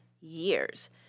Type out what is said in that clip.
years